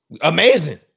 Amazing